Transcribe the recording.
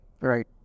Right